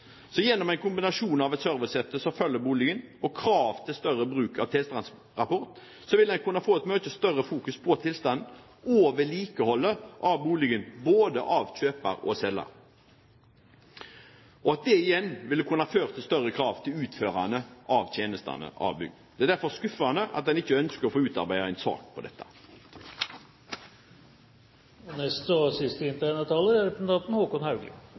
Så gjennom en kombinasjon av et servicehefte som følger boligen, og krav til større bruk av tilstandsrapport vil en kunne få et mye større fokus på tilstanden til og vedlikeholdet av boligen, både for kjøpers og for selgers del. Det igjen vil kunne føre til større krav til utførelsen av tjenestene i bygget. Det er derfor skuffende at en ikke ønsker å få utarbeidet en sak på dette. Det er bra det er enighet om behovet for å styrke forbrukervernet ved boligkjøp, for det har vært og er